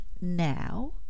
now